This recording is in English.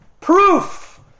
proof